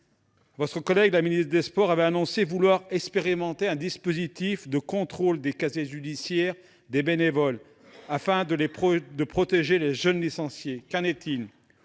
leurs missions ? La ministre des sports avait annoncé vouloir expérimenter un dispositif de contrôle des casiers judiciaires des bénévoles, afin de protéger les jeunes licenciés. Qu'en est-il ?